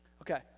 Okay